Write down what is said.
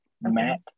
Matt